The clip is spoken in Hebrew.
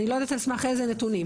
אני לא יודעת על סמך איזה נתונים,